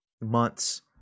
months